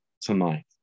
tonight